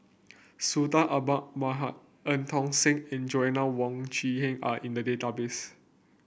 Sultan Eu Tong Sen and Joanna Wong Quee Heng are in the database